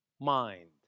mind